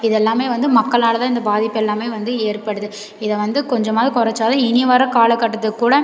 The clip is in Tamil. இதெல்லாமே வந்து மக்களால் தான் இந்த பாதிப்பு எல்லாமே வந்து ஏற்படுது இதை வந்து கொஞ்சமாவது குறைச்சா தான் இனி வர காலக்கட்டத்துக்குக்கூட